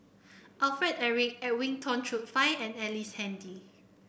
Alfred Eric Edwin Tong Chun Fai and Ellice Handy